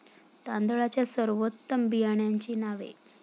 तांदळाच्या सर्वोत्तम बियाण्यांची नावे?